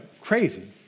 crazy